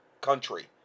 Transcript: country